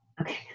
Okay